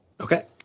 Okay